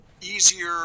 Easier